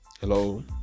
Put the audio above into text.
hello